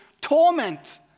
torment